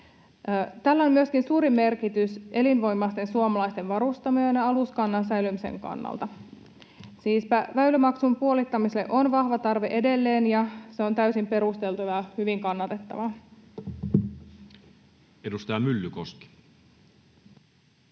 Tällä on myöskin suuri merkitys elinvoimaisten suomalaisten varustamojen aluskannan säilymisen kannalta. Siispä väylämaksun puolittamiselle on vahva tarve edelleen, ja se on täysin perusteltua ja hyvin kannatettavaa. [Speech 66]